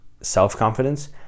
self-confidence